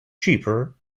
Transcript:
cheaper